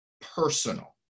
personal